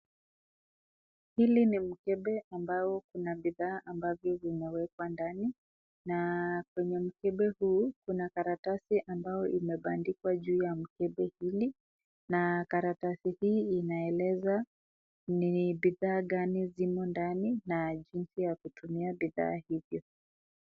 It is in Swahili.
Hili ni mkepe ambayo ina bidhaa ambavyo vinawekwa ndani na kwenye mkepe huu kuna karatasi imeandikwa juu ya mkepe hili na karatasi hii inaeleza ni bidhaa gani zimo ndani na jinzi ya kutumia bidhaa hizo.